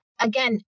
Again